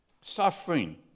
suffering